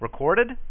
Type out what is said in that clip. recorded